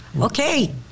Okay